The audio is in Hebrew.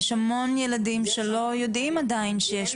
יש המון ילדים שלא יודעים עדיין שיש אותו.